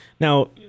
Now